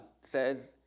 says